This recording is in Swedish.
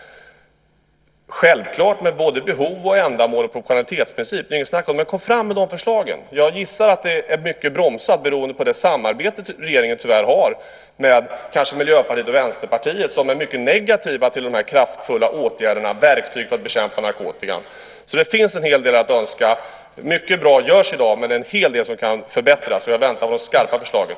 Självklart handlar det om både behov och ändamål och proportionalitetsprincip. Det är det inget snack om. Men kom fram med de förslagen! Jag gissar att det bromsas mycket beroende på det samarbete som regeringen tyvärr har med Miljöpartiet och Vänsterpartiet, som är mycket negativa till de här kraftfulla åtgärderna, verktygen för att bekämpa narkotikan. Det finns en hel del att önska. Mycket bra görs i dag, men det är en hel del som kan förbättras. Och jag väntar på de skarpa förslagen.